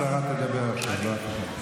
השרה תדבר עכשיו.